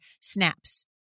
snaps